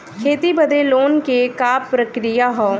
खेती बदे लोन के का प्रक्रिया ह?